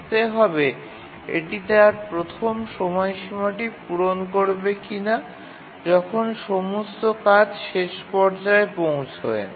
দেখতে হবে এটি তার প্রথম সময়সীমাটি পূরণ করবে কিনা যখন সমস্ত কাজ শেষ পর্যায়ে পৌঁছায়